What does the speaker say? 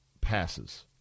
passes